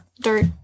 dirt